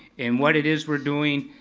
and what it is we're doing,